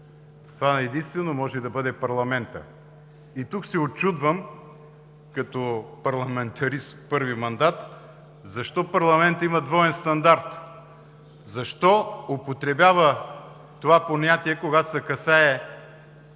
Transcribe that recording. Това единствено може да бъде парламентът. И тук се учудвам, като парламентарист първи мандат, защо парламентът има двоен стандарт? Защо употребява това понятие, когато се касае